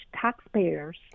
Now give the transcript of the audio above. taxpayers